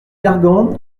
gargan